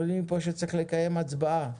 אומרים לי פה שצריך לקיים הצבעה.